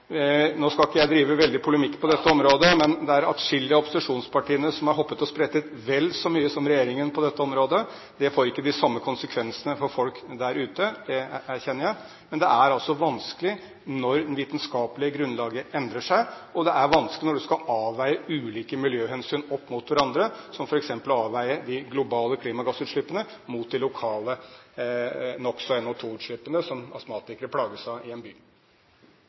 Nå skal ikke jeg drive polemikk på dette området, men det er atskillige av opposisjonspartiene som har hoppet og sprettet vel så mye som regjeringen på dette området. Det får ikke de samme konsekvensene for folk der ute, det erkjenner jeg. Men det er vanskelig når det vitenskapelige grunnlaget endrer seg, og det er vanskelig når man skal avveie ulike miljøhensyn opp mot hverandre, som f.eks. de globale klimagassutslippene mot de lokale NOx- og NO2-utslippene, som astmatikere plages av i en by.